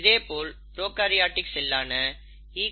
இதே போல் ப்ரோகாரியோடிக் செல்லான ஈ